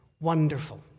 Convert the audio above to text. wonderful